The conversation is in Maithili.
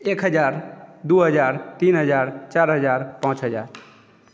एक हजार दू हजार तीन हजार चारि हजार पाँच हजार